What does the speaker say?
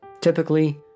Typically